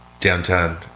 downtown